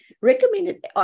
recommended